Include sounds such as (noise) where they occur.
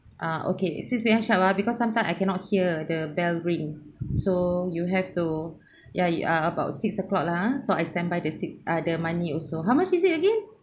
ah okay six P_M sharp ah because sometime I cannot hear the bell ring so you have to (breath) ya it ah about six o'clock lah so I standby the si~ ah the money also how much is it again